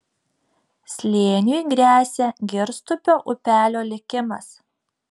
slėniui gresia girstupio upelio likimas